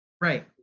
Right